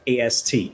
ast